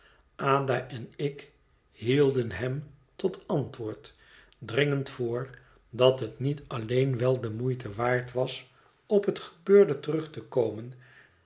en ik hielden hem tot antwoord dringend voor dat het niet alleen wel de moeite waard was op het gebeurde terug te komen